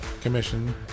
commission